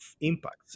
impacts